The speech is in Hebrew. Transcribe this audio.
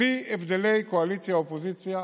בלי הבדלי קואליציה, אופוזיציה,